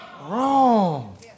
wrong